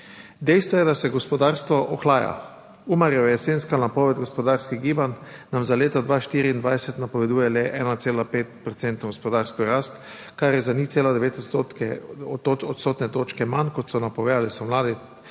Dejstvo je, da se gospodarstvo ohlaja. Umarjeva jesenska napoved gospodarskih gibanj nam za leto 2024 napoveduje le 1,5 procentno gospodarsko rast, kar je za 0,9 odstotne točke manj, kot so napovedali spomladi,